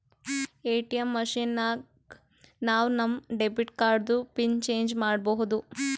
ATM machine ನಾಗ್ ನಾವ್ ನಮ್ ಡೆಬಿಟ್ ಕಾರ್ಡ್ದು ಪಿನ್ ಚೇಂಜ್ ಮಾಡ್ಬೋದು